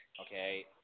okay